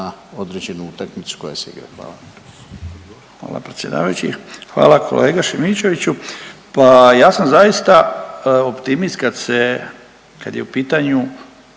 određenu utakmicu koja se igra. Hvala. **Šašlin, Stipan (HDZ)** Hvala predsjedavajući. Hvala kolega Šimičeviću. Pa ja sam zaista optimist kad je u pitanju